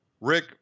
Rick